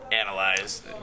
analyze